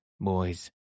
boys